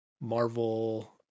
Marvel